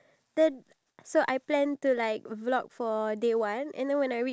and how I'm supposed to record the scenes during that moment itself